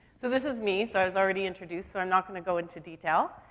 so this is me. so i was already introduced. so i'm not gonna go into detail.